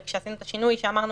וכשעשינו את השינוי אמרנו,